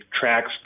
tracks